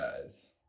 guys